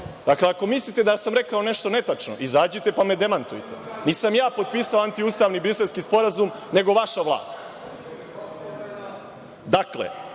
Dakle, ako mislite da sam rekao nešto netačno, izađite pa me demantujte. Nisam ja potpisao antiustavni Briselski sporazum nego vaša vlast..Dakle,